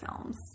films